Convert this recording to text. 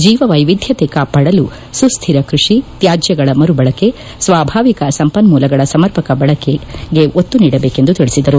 ಜೀವ ವೈವಿದ್ಯತೆ ಕಾಪಾಡಲು ಸುಸ್ತಿರ ಕೃಷಿ ತ್ಯಾಜ್ಯಗಳ ಮರುಬಳಕೆ ಸ್ವಾಭಾವಿಕ ಸಂಪನ್ಮೂಲಗಳ ಸಮರ್ಪಕ ಬಳಕೆಗೆ ಒತ್ತು ಕೊಡಬೇಕೆಂದು ತಿಳಿಸಿದರು